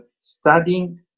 studying